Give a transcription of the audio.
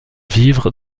vivre